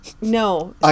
no